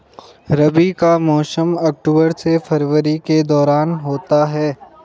रबी का मौसम अक्टूबर से फरवरी के दौरान होता है